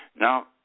now